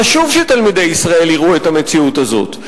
חשוב שתלמידי ישראל יראו את המציאות הזאת.